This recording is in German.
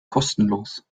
kostenlos